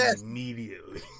immediately